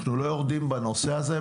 אנחנו לא יורדים בנושא הזה,